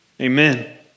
Amen